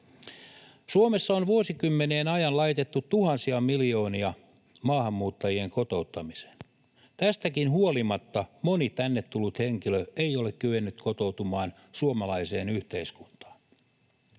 Suomessa on vuosikymmenien ajan laitettu tuhansia miljoonia maahanmuuttajien kotouttamiseen. Tästäkin huolimatta moni tänne tullut henkilö ei ole kyennyt kotoutumaan suomalaiseen yhteiskuntaan.